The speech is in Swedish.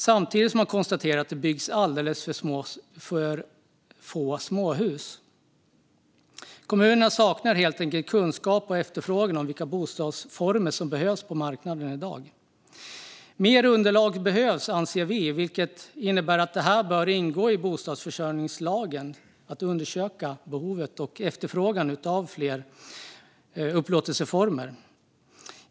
Samtidigt konstaterar man att det byggs alldeles för få småhus. Kommunerna saknar helt enkelt kunskap om efterfrågan och vilka bostadsformer som behövs på marknaden i dag. Vi anser att mer underlag behövs, vilket innebär att det bör ingå i bostadsförsörjningslagen att undersöka behovet och efterfrågan av fler upplåtelseformer.